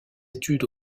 études